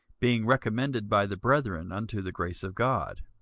being recommended by the brethren unto the grace of god.